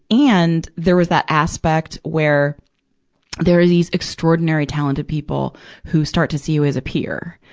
and there was that aspect where there are these extraordinary, talented people who start to see you as a peer.